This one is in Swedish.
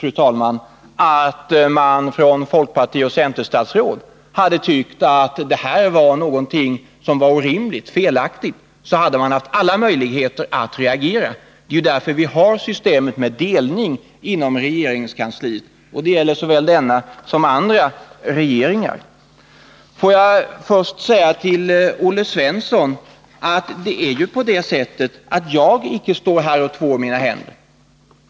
Om folkpartioch centerstatsråden hade tyckt att någonting var orimligt eller felaktigt, hade de haft alla möjligheter att reagera. Det är anledningen till att vi har systemet med delning inom regeringskansliet — det gäller såväl denna som andra regeringar. Får jag först säga till Olle Svensson att jag icke står här och tvår mina händer.